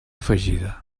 afegida